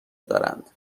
دارند